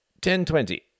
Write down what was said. Ten-twenty